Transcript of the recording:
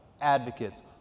advocates